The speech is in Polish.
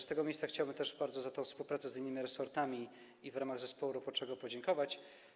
Z tego miejsca chciałbym bardzo za tę współpracę z innymi resortami i w ramach zespołu roboczego podziękować.